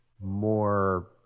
more